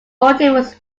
motive